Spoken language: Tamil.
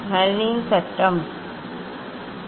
ஸ்னெல்லின் சட்டம் உள்ளது